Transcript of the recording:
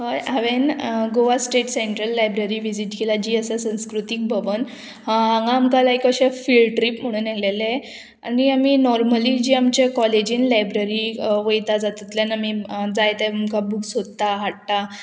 हय हांवें Goa state central library visit केला जी आसा संस्कृतीक भवन हांगा आमकां लायक अशें फिल्ड ट्रीप म्हणून येलेले आनी आमी नॉर्मली जी आमच्या कॉलेजीन लायब्ररी वयता जातूंतल्यान आमी जाय ते आमकां बुक्स सोदता हाडटा